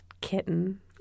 kitten